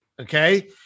Okay